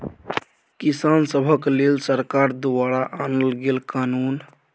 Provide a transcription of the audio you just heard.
किसान सभक लेल सरकार द्वारा आनल गेल कानुन